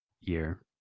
year